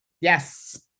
Yes